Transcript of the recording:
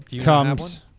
comes